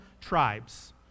tribes